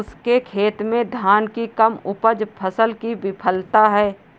उसके खेत में धान की कम उपज फसल की विफलता है